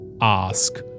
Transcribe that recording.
ask